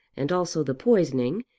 and also the poisoning,